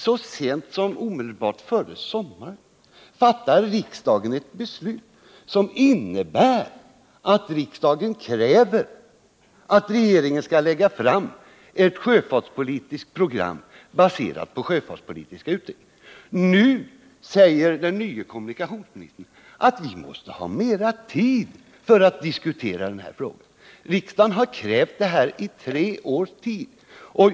Så sent som omedelbart före sommaren fattade riksdagen ett beslut som innebär att riksdagen kräver att regeringen skall lägga fram ett sjöfartspolitiskt program, baserat på sjöfartspolitiska utredningen. Nu säger den nye kommunikationsministern att man måste ha mera tid för att diskutera den här frågan. Riksdagen har krävt åtgärder i tre års tid.